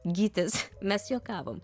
gytis mes juokavom